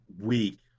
week